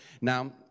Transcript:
Now